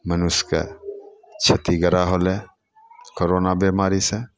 मनुष्यके क्षतिग्रस्त होलै करोना बिमारीसँ